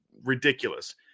ridiculous